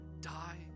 die